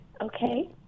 Okay